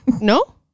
No